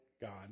God